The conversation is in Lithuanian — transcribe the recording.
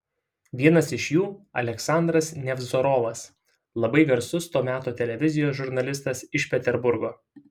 vienas iš jų aleksandras nevzorovas labai garsus to meto televizijos žurnalistas iš peterburgo